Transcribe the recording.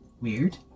weird